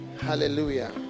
hallelujah